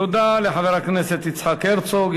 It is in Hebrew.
תודה לחבר הכנסת יצחק הרצוג.